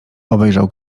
obejrzał